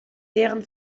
deren